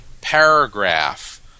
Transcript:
paragraph